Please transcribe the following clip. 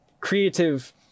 creative